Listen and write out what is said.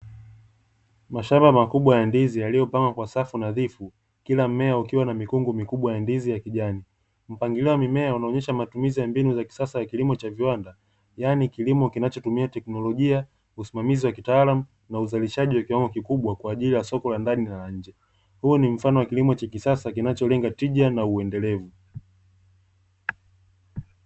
Mashamba makubwa ya ndizi yaliyopangwa kwa safu nadhifu kila mmea ukiwa na mikungu mikubwa ya ndizi ya kijani, mpangilio wa mimea unaonyesha matumizi ya mbinu za kisasa ya kilimo cha viwanda yaani kilimo kinachotumia teknolojia, usimamizi wa kitaalamu, na uzalishaji wa kiwango kikubwa kwa ajili ya soko la ndani na la nje, huu ni mfano wa kilimo cha kisasa kinacholenga tija na uendelevu.